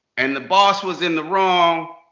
and the boss was in the wrong.